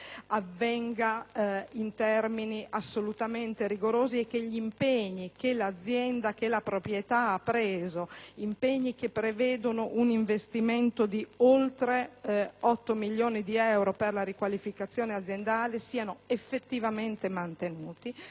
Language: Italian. avvenga in termini assolutamente rigorosi e che gli impegni che la proprietà ha preso, che prevedono un investimento di oltre 8 milioni di euro per la riqualificazione aziendale, siano effettivamente mantenuti